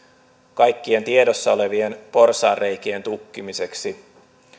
kaikkien tiedossa olevien porsaanreikien tukkimiseksi